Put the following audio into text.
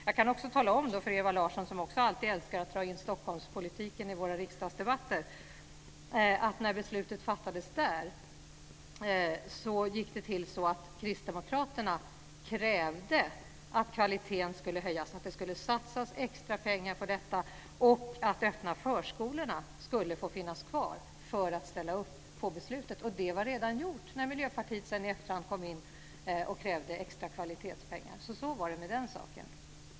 Jag kan också tala om för Ewa Larsson, som alltid älskar att dra in Stockholmspolitiken i våra riksdagsdebatter, att när beslutet i Stockholm fattades krävde kristdemokraterna att kvaliteten skulle höjas, att det skulle satsas extra pengar på detta och att de öppna förskolorna skulle få finnas kvar för att ställa upp på beslutet. Detta var redan gjort när Miljöpartiet sedan i efterhand kom in och krävde extra kvalitetspengar. Så var det alltså med den saken.